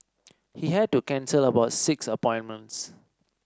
he had to cancel about six appointments